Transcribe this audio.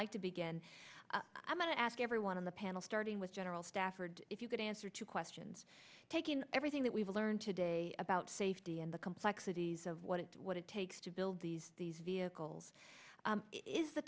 like to begin i'm going to ask everyone on the panel starting with general stafford if you could answer two questions taking everything that we've learned today about safety and the complexities of what it what it takes to build these these vehicles is the